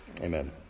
Amen